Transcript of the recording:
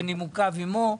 ונימוקיו עימו,